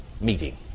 meeting